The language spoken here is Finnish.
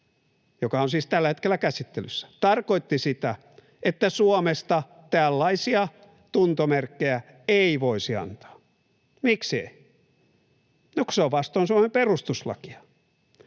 joka on siis tällä hetkellä käsittelyssä, tarkoitti sitä, että Suomesta tällaisia tuntomerkkejä ei voisi antaa. Miksi ei? No, kun se on vastoin Suomen perustuslakia.